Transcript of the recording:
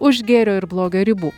už gėrio ir blogio ribų